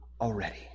already